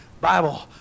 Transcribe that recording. Bible